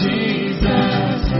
Jesus